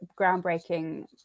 groundbreaking